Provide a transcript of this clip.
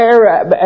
Arab